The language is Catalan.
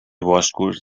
boscos